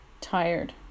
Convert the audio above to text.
tired